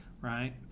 right